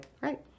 Right